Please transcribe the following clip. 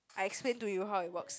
I explain to you how it works